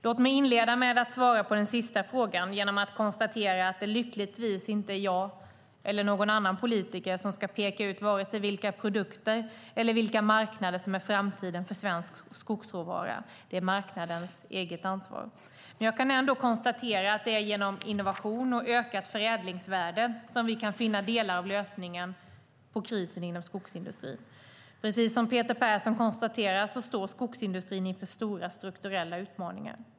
Låt mig inleda med att svara på den sista frågan genom att konstatera att det lyckligtvis inte är jag eller någon annan politiker som ska peka ut vare sig vilka produkter eller vilka marknader som är framtiden för svensk skogsråvara - det är marknadens eget ansvar. Men jag kan ändå konstatera att det är genom innovation och ökat förädlingsvärde som vi kan finna delar av lösningen på krisen inom skogsindustrin. Precis som Peter Persson konstaterar står skogsindustrin inför stora strukturella utmaningar.